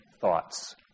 thoughts